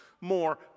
more